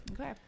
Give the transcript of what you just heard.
Okay